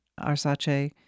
Arsace